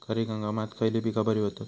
खरीप हंगामात खयली पीका बरी होतत?